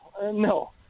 no